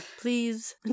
Please